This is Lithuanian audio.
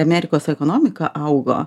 amerikos ekonomika augo